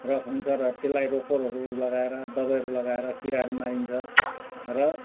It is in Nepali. र हुन्छ र त्यसलाई रोकोरहरू लगाएर दबाईहरू लगाएर किराहरू मारिन्छ र